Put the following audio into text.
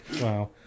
Wow